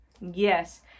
Yes